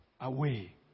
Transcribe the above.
away